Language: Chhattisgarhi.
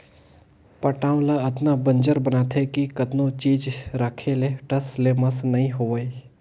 पटांव ल अतना बंजर बनाथे कि कतनो चीज राखे ले टस ले मस नइ होवय